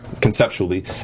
conceptually